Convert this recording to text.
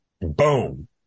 boom